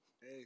Hey